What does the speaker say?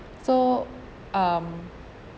so um